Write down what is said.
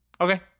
Okay